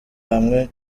hamwe